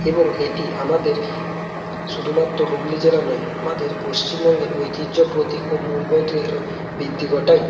এবং এটি আমাদের শুদুমাত্র হুগলি জেলা নয় আমাদের পশ্চিমবঙ্গের ঐতিহ্য প্রতীক ও মূল্যবোধেরও বৃদ্ধি ঘটায়